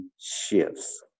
shifts